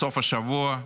בסוף השבוע,